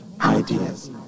ideas